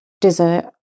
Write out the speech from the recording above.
dessert